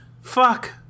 fuck